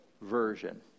version